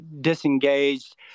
disengaged